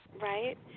right